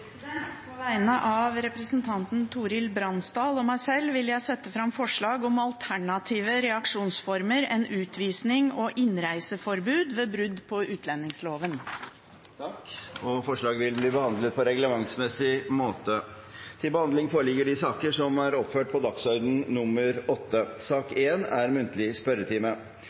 representantforslag. På vegne av representanten Torhild Bransdal og meg sjøl vil jeg sette fram forslag om alternative reaksjonsformer enn utvisning og innreiseforbud ved brudd på utlendingsloven. Forslaget vil bli behandlet på reglementsmessig måte. Stortinget mottok mandag meddelelse fra Statsministerens kontor om at statsminister Erna Solberg vil møte til muntlig spørretime.